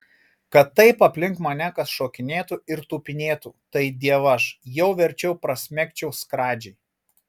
kad taip aplink mane kas šokinėtų ir tupinėtų tai dievaž jau verčiau prasmegčiau skradžiai